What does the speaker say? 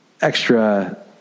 extra